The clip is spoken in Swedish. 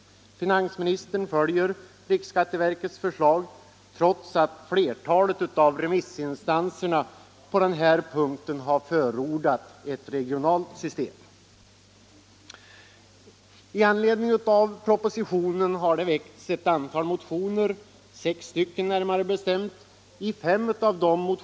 Finansministern följer riksskatteverkets förslag, trots att flertalet remissinstanser på den här punkten har förordat ett regionalt system. Med anledning av propositionen har det väckts ett antal motioner — sex stycken närmare bestämt.